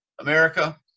America